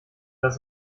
das